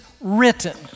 written